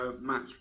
match